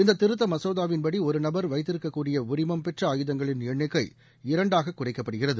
இந்த திருத்த மசோதாவின்படி ஒருநபர் வைத்திருக்க கூடிய உரிமம் பெற்ற ஆயுதங்களின் எண்ணிக்கை இரண்டாக குறைக்கப்படுகிறது